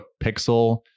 pixel